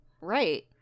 Right